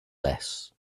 less